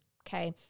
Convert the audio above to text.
Okay